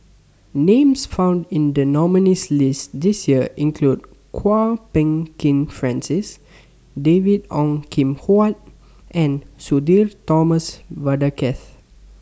Names found in The nominees' list This Year include Kwok Peng Kin Francis David Ong Kim Huat and Sudhir Thomas Vadaketh